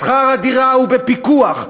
שכר הדירה הוא בפיקוח.